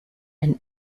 and